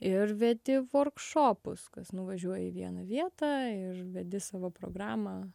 ir vedi vorkšopus kas nuvažiuoji į vieną vietą ir vedi savo programą